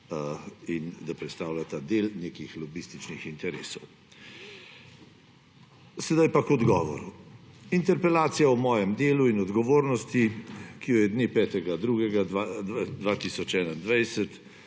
in da predstavljata del nekih lobističnih interesov. Sedaj pa k odgovoru. Interpelacija o mojem delu in odgovornosti, ki jo je dne 5. 2. 2021